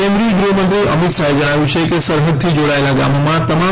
કેન્દ્રીય ગૃહમંત્રી અમિતશાહે જણાવ્યું છે કે સરહદથી જોડાયેલાં ગામોમાં તમામ